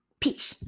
Peace